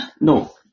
No